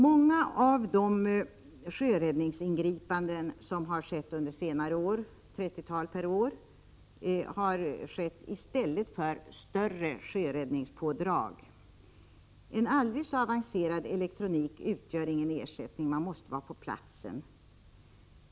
Många av sjöräddningsingripandena under senare år, ett trettiotal per år, har gjorts i stället för större sjöräddningspådrag. En aldrig så avancerad elektronik utgör ingen ersättning. Man måste vara på platsen.